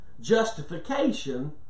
justification